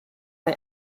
der